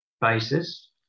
basis